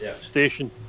station